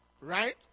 Right